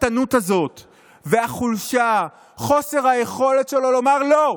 הסחטנות הזאת והחולשה, חוסר היכולת שלו לומר לא.